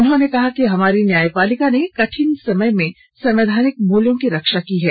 उन्होंने कहा कि हमारी न्यायपालिका ने कठिन समय में संवैधानिक मूल्यों की रक्षा की है